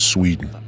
Sweden